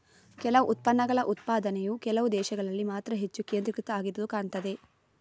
ಕೆಲವು ಉತ್ಪನ್ನಗಳ ಉತ್ಪಾದನೆಯು ಕೆಲವು ದೇಶಗಳಲ್ಲಿ ಮಾತ್ರ ಹೆಚ್ಚು ಕೇಂದ್ರೀಕೃತ ಆಗಿರುದು ಕಾಣ್ತದೆ